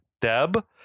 Deb